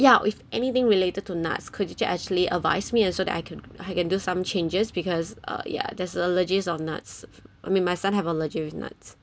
ya with anything related to nuts could you actually advise me so that I can I can do some changes because uh yeah that's allergies of nuts I mean my son have allergy with nuts